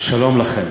שלום לכם.